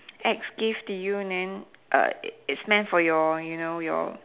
ex gave to you and then uh it's meant for your you know your